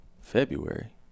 February